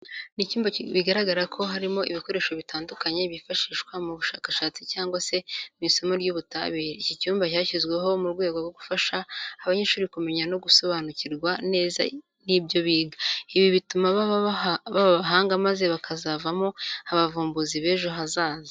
Ni icyumba bigaragara ko harimo ibikoresho bitandukanye byifashishwa mu bushakashatsi cyangwa se mu isomo ry'ubutabire. Iki cyumba cyashyizweho mu rwego rwo gufasha abanyeshuri kumenya no gusobanukirwa neza n'ibyo biga. Ibi bituma baba abahanga maze bakazavamo abavumbuzi b'ejo hazaza.